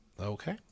Okay